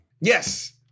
Yes